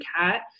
cat